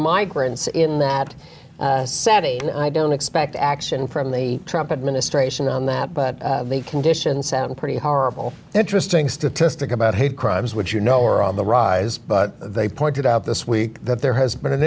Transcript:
migrants in that city and i don't expect action from the trumpet ministration on that but the conditions sound pretty horrible an interesting statistic about hate crimes which you know are on the rise but they pointed out this week that there has been an